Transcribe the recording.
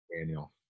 Daniel